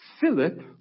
Philip